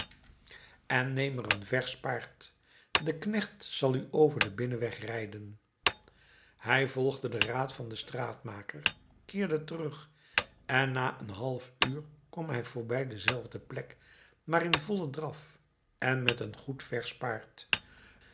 en neem er een versch paard de knecht zal u over den binnenweg rijden hij volgde den raad van den straatmaker keerde terug en na een half uur kwam hij voorbij dezelfde plek maar in vollen draf en met een goed versch paard